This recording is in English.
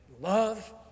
love